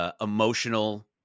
emotional